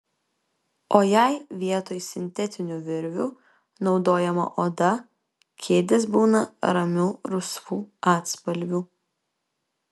o jei vietoj sintetinių virvių naudojama oda kėdės būna ramių rusvų atspalvių